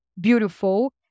beautiful